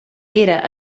era